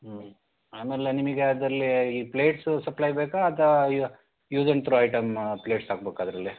ಹ್ಞೂ ಆಮೇಲೆ ನಿಮಗೆ ಅದರಲ್ಲಿ ಈ ಪ್ಲೇಟ್ಸು ಸಪ್ಲೈ ಬೇಕಾ ಅಥವಾ ಈಗ use and throw item plates ಹಾಕ್ಬೇಕಾ ಅದರಲ್ಲಿ